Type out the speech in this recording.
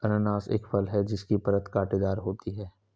अनन्नास एक फल है जिसकी परत कांटेदार होती है